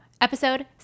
episode